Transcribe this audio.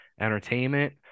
entertainment